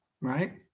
right